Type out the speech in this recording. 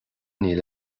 níl